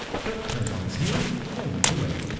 but turned on his heel and went away.